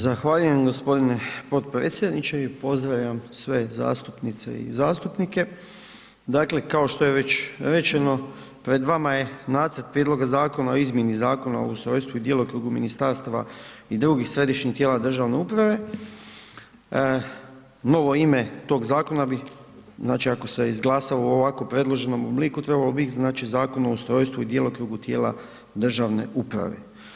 Zahvaljujem g. potpredsjedniče i pozdravljam sve zastupnice i zastupnike, dakle kao što je već rečeno pred vama je nacrt prijedloga zakona o izmjeni Zakona o ustrojstvu i djelokrugu ministarstava i drugih središnjih tijela državne uprave, novo ime tog zakona bi, znači ako se izglasa u ovako predloženom obliku, trebalo bit znači Zakon o ustrojstvu i djelokrugu tijela države uprave.